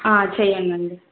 ఆ చేయండి